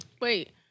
Wait